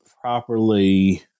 properly